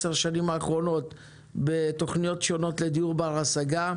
עשר השנים האחרונות בתוכניות שונות לדיור בר-השגה.